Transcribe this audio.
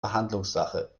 verhandlungssache